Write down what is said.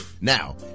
Now